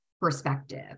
perspective